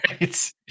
Right